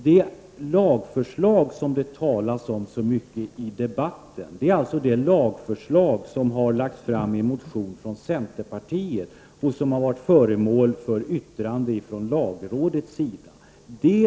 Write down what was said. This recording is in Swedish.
Det lagförslag som det talas så mycket om i debatten är det lagförslag som har lagts fram i en motion av centerpartiet och som varit föremål för lagrådets yttrande.